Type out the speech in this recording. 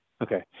Okay